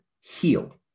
heal